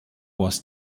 was